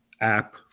app